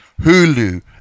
Hulu